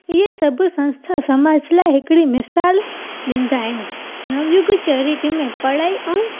इहे सभु संस्था समाज लाइ हिकिड़ी मिसाल ॾींदा आहिनि नव युग चेरेटी में पढ़ाई ऐं